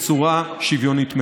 בצורה שוויונית מלאה.